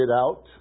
out